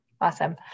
Awesome